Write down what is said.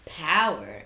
power